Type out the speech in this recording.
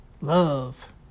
love